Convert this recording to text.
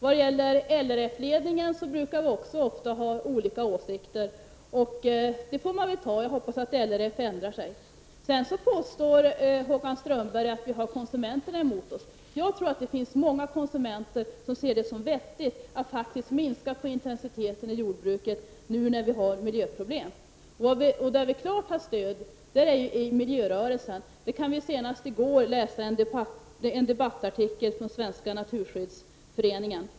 LRF-ledningen brukar också ofta ha andra åsikter än vi, och det får vi ta — jag hoppas att LRF ändrar sig. Sedan påstår Håkan Strömberg att vi har konsumenterna emot oss. Jag tror att det finns många konsumenter som ser det som vettigt att minska intensiteten i jordbruket nu när vi har miljöproblem. Ett klart stöd har vi i miljörörelsen. Det kunde vi senast i går läsa om i en debattartikel från Svenska naturskyddsföreningen.